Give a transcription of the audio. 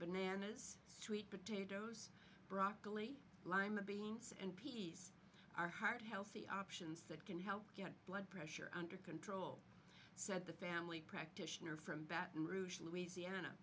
bananas sweet potatoes broccoli lima beans are heart healthy options that can help get blood pressure under control said the family practitioner from baton rouge louisiana